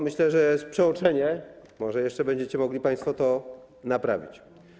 Myślę, że to jest przeoczenie, może jeszcze będziecie mogli państwo to naprawić.